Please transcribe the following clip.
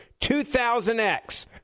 2000X